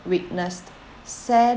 witnessed